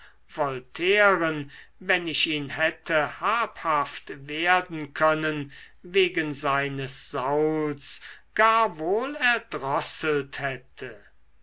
voltairen wenn ich ihn hätte habhaft werden können wegen seines sauls gar wohl erdrosselt hätte